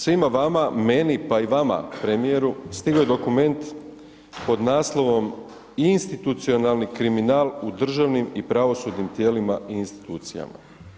Svima vama, meni, pa i vama, premijeru, stigao je dokument pod naslovom Institucionalni kriminal u državnim i pravosudnim tijelima i institucijama.